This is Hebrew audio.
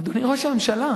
אדוני ראש הממשלה,